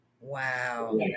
Wow